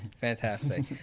fantastic